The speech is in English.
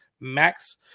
max